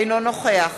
אינו נוכח